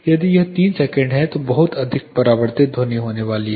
यदि यह 3 सेकंड है तो बहुत अधिक परावर्तित ध्वनि होने वाली है